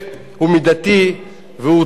הוא מידתי והוא טוב,